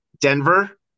denver